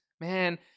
Man